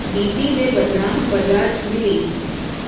D P जे बदिरां बजाज मिली